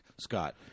Scott